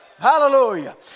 Hallelujah